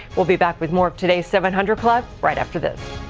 we'll be back with more of today's seven hundred club right after this.